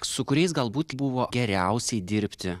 su kuriais galbūt buvo geriausiai dirbti